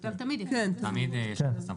לשוטר תמיד יש את הסמכות.